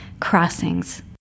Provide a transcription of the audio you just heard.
Crossings